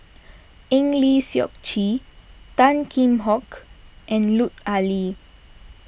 Eng Lee Seok Chee Tan Kheam Hock and Lut Ali